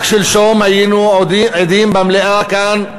רק שלשום היינו עדים במליאה, כאן,